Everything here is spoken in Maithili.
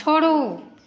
छोड़ू